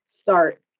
start